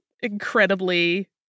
incredibly